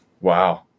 Wow